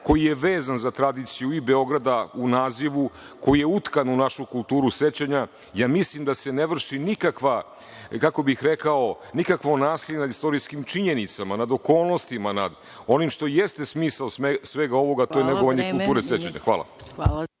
koji je vezan za tradiciju i Beograda u nazivu, koji je utkan u našu kulturu sećanja, ja mislim da se ne vrši nikakva, kako bi rekao, nikakvo nasilje nad istorijskim činjenicama, nad okolnostima, nad onim što jeste smisao svega ovoga, to je negovanje kulture sećanja. Hvala.